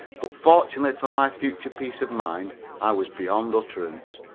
but fortunately for my future peace of mind i was beyond utterance.